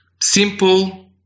simple